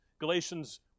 Galatians